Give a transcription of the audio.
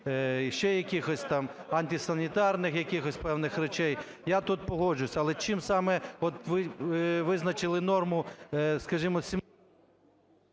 ще якихось, антисанітарних якихось певних речей, я тут погоджуюсь. Але чим саме от ви визначили норму, скажімо…